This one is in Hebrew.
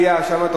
קואליציה.